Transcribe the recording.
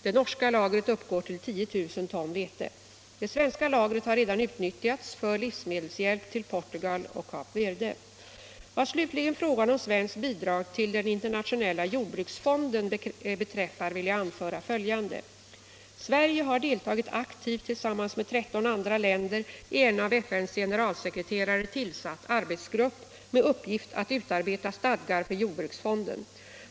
Det norska lagret uppgår till 10 000 ton vete. Det svenska lagret har redan utnyttjats för livsmedelshjälp till Portugal och Kap Verde. Vad slutligen frågan om svenskt bidrag till den internationella jordbruksfonden beträffar vill jag anföra följande. Sverige har deltagit aktivt tillsammans med 13 andra länder i en av Nr 31 FN:s generalsekreterare tillsatt arbetsgrupp med uppgift att utarbeta stadgar för jordbruksfonden.